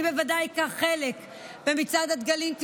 אני בוודאי אקח חלק במצעד הדגלים,